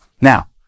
Now